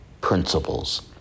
principles